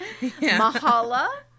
Mahala